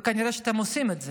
וכנראה שאתם עושים את זה,